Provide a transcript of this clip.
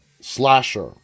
Slasher